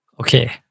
Okay